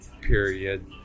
period